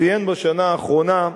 ציין בשנה האחרונה,